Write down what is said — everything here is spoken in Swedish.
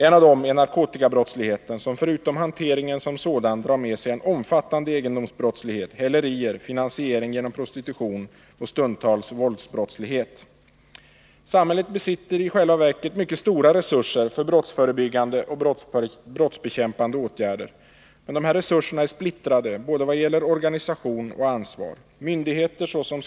En av dem är Nr 75 narkotikabrottsligheten, som förutom hanteringen som sådan drar med sig Torsdagen den en omfattande egendomsbrottslighet, hälerier, finansiering genom prosti — 31 januari 1980 tution och stundtals våldsbrottslighet. Samhället besitter i själva verket mycket stora resurser för brottsförebyggande och brottsbekämpande åtgärder. Men dessa resurser är splittrade både i vad det gäller organisation och när det gäller ansvar.